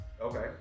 Okay